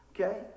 Okay